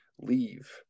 leave